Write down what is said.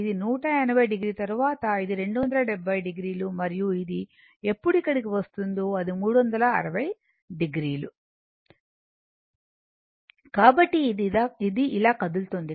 ఇది 180 oతరువాత ఇది 270 o మరియు ఇది ఎప్పుడు ఇక్కడికి వస్తుందో అది 360 o కాబట్టి ఇది ఇలా కదులుతోంది